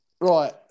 Right